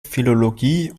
philologie